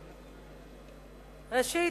ראשית,